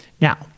Now